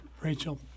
Rachel